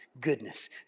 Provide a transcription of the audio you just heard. goodness